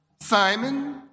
Simon